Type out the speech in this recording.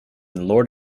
lord